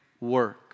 work